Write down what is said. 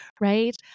Right